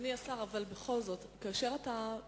אדוני השר, בכל זאת, כאשר אתה קובע